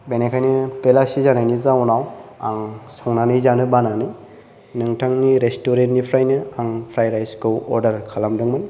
बेनिखायनो बेलासि जानायनि जाउनाव आं संनानै जानो बानानै नोंथांनि रेस्टुरेन्ट निफ्रायनो आं फ्रायड राइस खौ अर्डार खालामदोंमोन